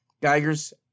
Geiger's